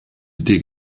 dig